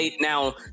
now